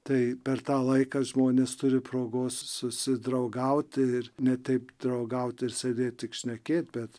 tai per tą laiką žmonės turi progos susidraugauti ir ne taip draugaut ir sėdėt tik šnekėt bet